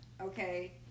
okay